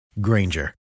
Granger